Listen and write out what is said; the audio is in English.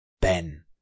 Ben